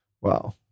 Wow